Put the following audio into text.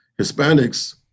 Hispanics